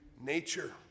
nature